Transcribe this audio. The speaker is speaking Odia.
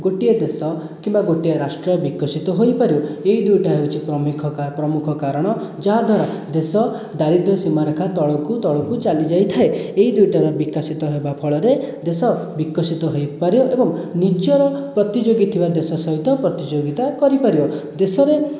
ଗୋଟିଏ ଦେଶ କିମ୍ବା ଗୋଟିଏ ରାଷ୍ଟ୍ର ବିକଶିତ ହୋଇପାରିବ ଏହି ଦୁଇଟା ହେଉଛି ପ୍ରମୁଖ କାରଣ ଯାହାଦ୍ଵାରା ଦେଶ ଦାରିଦ୍ର୍ୟ ସୀମାରେଖା ତଳକୁ ତଳକୁ ଚାଲି ଯାଇଥାଏ ଏହି ଦୁଇଟାର ବିକଶିତ ହେବା ଫଳରେ ଦେଶ ବିକଶିତ ହୋଇପାରେ ଏବଂ ନିଜର ପ୍ରତିଯୋଗୀ ଥିବା ଦେଶ ସହିତ ପ୍ରତିଯୋଗିତା କରିପାରିବ ଦେଶରେ